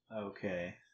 Okay